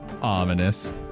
Ominous